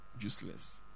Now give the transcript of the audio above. useless